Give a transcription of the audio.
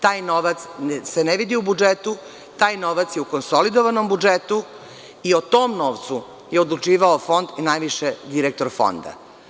Taj novac se ne vidi u budžetu, taj novac je u konsolidovanom budžetu i o tom novcu je odlučivao Fond i najviše direktor Fonda.